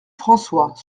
françois